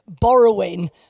borrowing